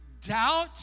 doubt